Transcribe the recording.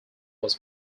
was